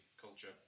culture